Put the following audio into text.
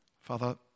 Father